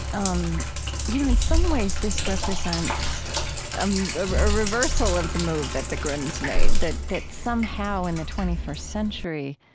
um you know, in some ways this represents um ah a reversal of the move that the grimms made. that that somehow in the twenty first century,